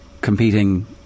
competing